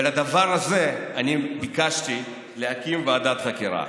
ועל הדבר הזה אני ביקשתי להקים ועדת חקירה.